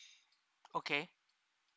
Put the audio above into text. okay